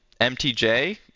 MTJ